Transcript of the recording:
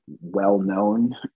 well-known